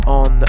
on